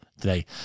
today